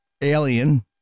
Alien